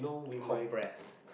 compress